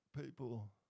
people